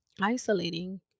isolating